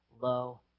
low